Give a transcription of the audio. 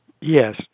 yes